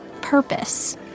Purpose